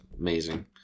amazing